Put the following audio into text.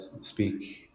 speak